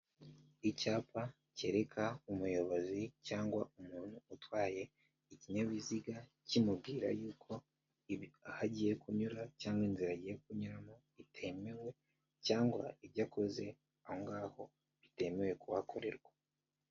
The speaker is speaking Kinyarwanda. Icyapa cyereka umuyobozi cyangwa umuntu utwaye ikinyabiziga, kimubwira yuko aho agiye kunyura cyangwa inzira agiye kunyuramo itemewe, cyangwa ibyo akoze aho ngaho bitemewe kuhakorerwa.